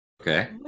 Okay